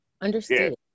Understood